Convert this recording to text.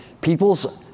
People's